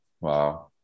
Wow